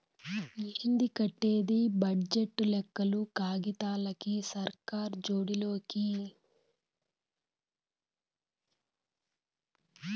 ఏంది కట్టేది బడ్జెట్ లెక్కలు కాగితాలకి, సర్కార్ జోడి లోకి